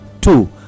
Two